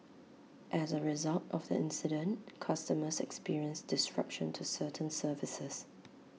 as A result of the incident customers experienced disruption to certain services